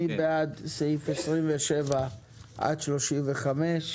מי בעד אישור הסעיפים, מסעיף 27 עד סעיף 35 כולל?